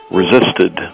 resisted